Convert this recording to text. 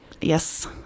yes